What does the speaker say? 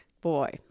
Boy